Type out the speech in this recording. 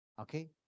Okay